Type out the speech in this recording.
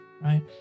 right